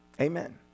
Amen